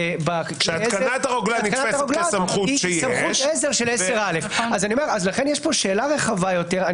שהתקנת הרוגלה היא סמכות עזר של 10א. לכן יש פה שאלה רחבה יותר.